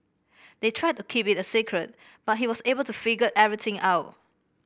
they tried to keep it a secret but he was able to figure everything out